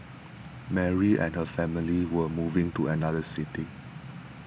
Mary and her family were moving to another city